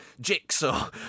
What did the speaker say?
jigsaw